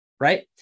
right